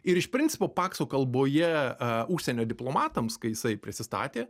ir iš principo pakso kalboje a užsienio diplomatams kai jisai prisistatė